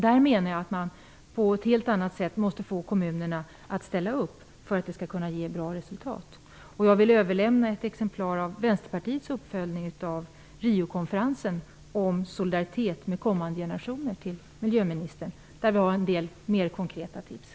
Jag menar att man måste få kommunerna att ställa upp på ett helt annat sätt för att nå ett bra resultat. Jag vill till miljöministern överlämna ett exemplar av Vänsterpartiets uppföljning av Riokonferensen om solidaritet med kommande generationer. Den innehåller en del mer konkreta tips.